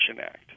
Act